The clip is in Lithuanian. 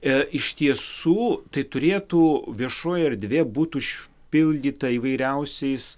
e iš tiesų tai turėtų viešoji erdvė būt užpildyta įvairiausiais